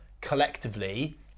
collectively